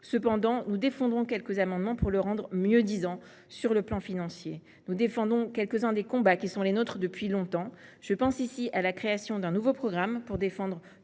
Cependant, nous défendrons quelques amendements pour les rendre mieux disants. Nous défendons quelques uns des combats qui sont les nôtres depuis longtemps. Je pense ici à la création d’un nouveau programme pour défendre